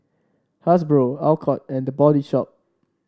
Hasbro Alcott and The Body Shop